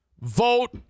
Vote